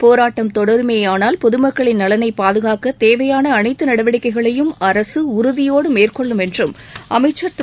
போராட்டம் தொடருமேயானால் பொதுமக்களின் நலனை பாதுகாக்கத் தேவையான அனைத்து நடவடிக்கைகளையும் அரசு உறுதியோடு மேற்கொள்ளும் என்றும் அமைச்சர் திரு